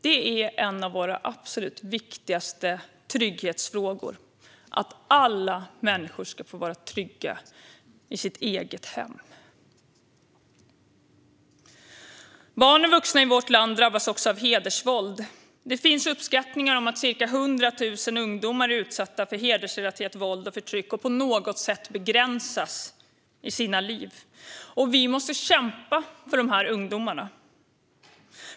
Det är en av våra absolut viktigaste trygghetsfrågor att alla människor ska få vara trygga i sitt eget hem. Barn och vuxna i vårt land drabbas också av hedersvåld. Det finns uppskattningar om att ca 100 000 ungdomar är utsatta för hedersrelaterat våld och förtryck och på något sätt begränsas i sina liv. Och vi måste kämpa för de ungdomarna.